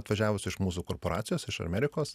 atvažiavusių iš mūsų korporacijos iš amerikos